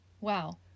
wow